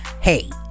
hey